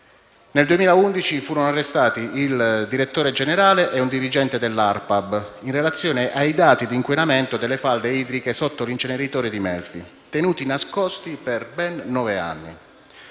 Nel 2011 furono arrestati il direttore generale e un dirigente dell'ARPAB, in relazione ai dati di inquinamento delle falde idriche sotto l'inceneritore di Melfi tenuti nascosti per ben nove anni.